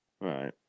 Right